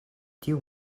tiu